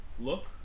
look